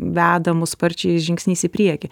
veda mus sparčiais žingsniais į priekį